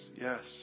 yes